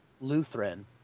Lutheran